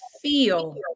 feel